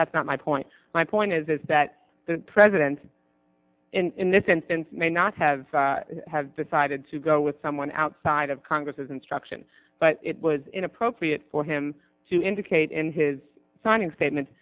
that's not my point my point is is that the president in this instance may not have have decided to go with someone outside of congress's instruction but it was inappropriate for him to indicate in his signing statement